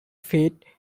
fate